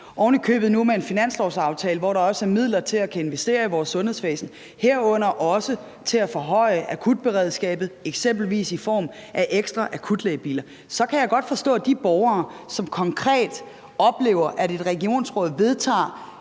ovenikøbet nu med en finanslovsaftale, hvor der også er midler til at kunne investere i vores sundhedsvæsen, herunder også til at forhøje akutberedskabet, eksempelvis i form af ekstra akutlægebiler. Så kan jeg godt forstå, at de borgere, som konkret oplever, at et regionsråd vedtager